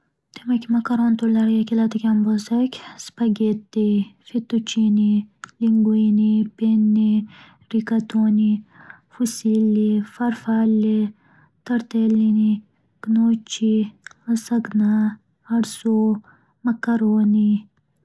Demak, makaron turlariga keladigan bo'lsak, spagetti, fettuchini, linguini, penni, rikotroni, fasilli, farfalli, tartellini, kno'chchi, lasagna, arso, makaroni.